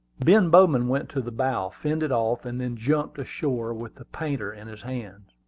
ben bowman went to the bow, fended off, and then jumped ashore with the painter in his hand.